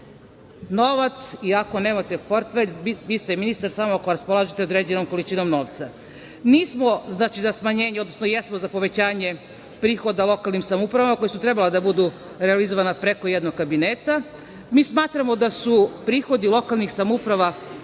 iako nemate portfelj. Vi ste ministar samo ako raspolažete određenom količinom novca. Mi smo za povećanje prihoda lokalnim samoupravama koja su trebala da budu realizovana preko jednog kabineta. Smatramo da su prihodi lokalnih samouprava